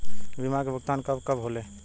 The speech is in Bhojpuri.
बीमा के भुगतान कब कब होले?